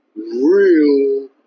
Real